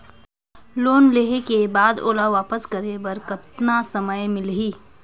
Loan लेहे के बाद ओला वापस करे बर कतना समय मिलही?